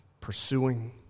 pursuing